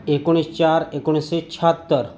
एकोणीस चार एकोणीशे शहात्तर